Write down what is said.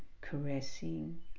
caressing